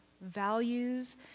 values